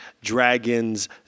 Dragon's